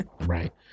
right